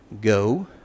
Go